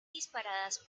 disparadas